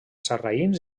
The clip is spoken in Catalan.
sarraïns